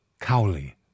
Cowley